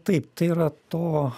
taip tai yra to